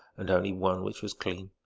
and only one which was clean.